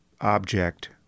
object